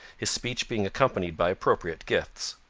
his speech being accompanied by appropriate gifts.